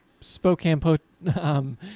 Spokane